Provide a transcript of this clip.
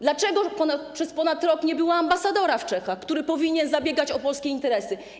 Dlaczego przez ponad rok nie było ambasadora w Czechach, który powinien zabiegać o polskie interesy?